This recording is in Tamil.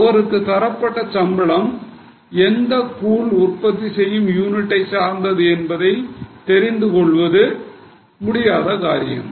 அவருக்கு தரப்பட்ட சம்பளம் எந்த கூழ் உற்பத்தி செய்யும் யூனிட்டை சார்ந்தது என்பதை தெரிந்து கொள்ள முடியாத காரியம்